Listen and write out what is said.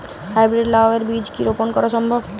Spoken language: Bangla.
হাই ব্রীড লাও এর বীজ কি রোপন করা সম্ভব?